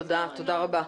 תודה רבה.